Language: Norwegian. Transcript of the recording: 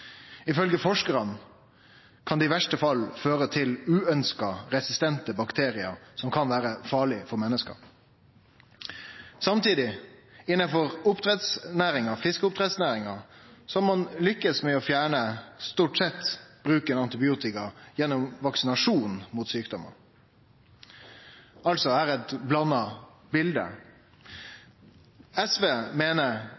forskarane kan det i verste fall føre til uønskte, resistente bakteriar som kan vere farlege for menneske. Samtidig har ein innanfor fiskeoppdrettsnæringa stort sett lukkast med å fjerne bruken av antibiotikum gjennom vaksinasjon mot sjukdomar. Det er altså eit blanda